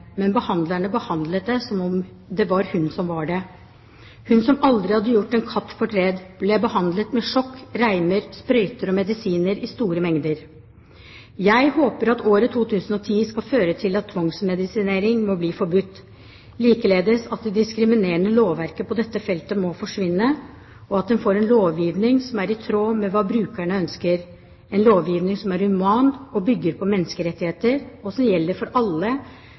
men behandlerne behandlet det som om det var hun som var det. Hun som aldri hadde gjort en katt fortred ble behandlet med sjokk, reimer, sprøyter og medisiner i store mengder. Jeg håper at året 2010 skal føre til at tvangsmedisinering må bli forbudt. Likeledes at det diskriminerende lovverket på dette feltet må forsvinne og at en får en lovgivning som er i tråd med hva brukerne ønsker, en lovgivning som er human og bygger på menneskerettighetene og som gjelder for alle